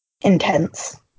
intense